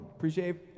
Appreciate